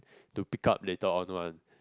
to pick up later on one